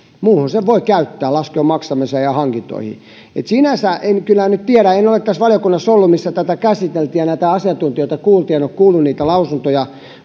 muuhun sen voi käyttää laskujen maksamiseen ja hankintoihin sinänsä en kyllä nyt tiedä en ole ollut valiokunnassa missä tätä käsiteltiin ja näitä asiantuntijoita kuultiin en ole kuullut niitä lausuntoja